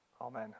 Amen